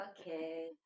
Okay